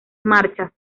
marchas